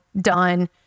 done